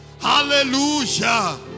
Hallelujah